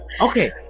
okay